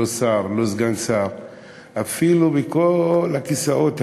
לא שר, לא סגן שר אפילו, כל הכיסאות הריקים,